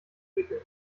wickeln